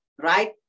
right